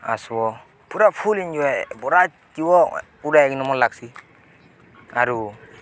ଆସବ ପୁରା full enjoy ହେ ବରାତ୍ ଯିବ ପୁରା ଏଗ ନ ମନ୍ ଲାଗ୍ସି ଆରୁ